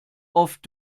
oft